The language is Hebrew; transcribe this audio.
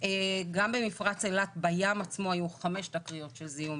גם בים עצמו במפרץ אילת היו חמש תקריות של זיהום